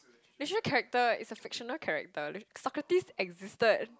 fictional character is a fictional character Socrates existed